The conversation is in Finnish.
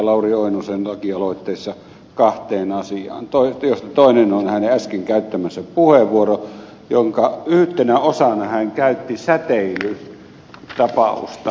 lauri oinosen lakialoitteessa kahteen asiaan joista toinen on hänen äsken käyttämänsä puheenvuoro jonka yhtenä osana hän käytti säteilytapausta hyväksi